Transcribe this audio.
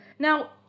Now